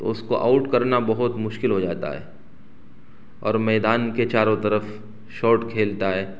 تو اس کو آؤٹ کرنا بہت مشکل ہو جاتا ہے اور میدان کے چاروں طرف شاٹ کھیلتا ہے